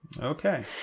Okay